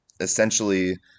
Essentially